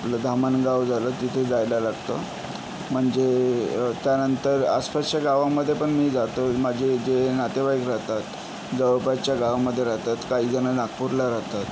आपलं धामणगाव झालं तिथे जायला लागतं म्हणजे त्यानंतर आसपासच्या गावामधे पण मी जातो माझे जे नातेवाईक राहतात जवळपासच्या गावामध्ये राहतात काही जण नागपूरला राहतात